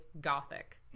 gothic